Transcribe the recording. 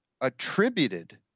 attributed